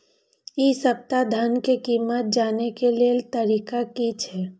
इ सप्ताह धान के कीमत जाने के लेल तरीका की छे?